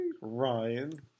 Ryan